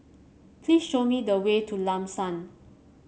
please show me the way to Lam San